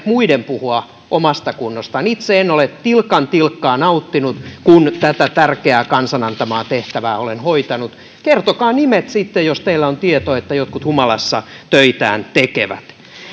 muiden puhua omasta kunnostaan itse en ole tilkan tilkkaa nauttinut kun tätä tärkeää kansan antamaa tehtävää olen hoitanut kertokaa nimet sitten jos teillä on tieto että jotkut humalassa töitään tekevät